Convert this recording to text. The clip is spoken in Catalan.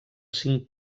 cinc